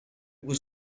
was